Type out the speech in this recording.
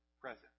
present